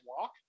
walk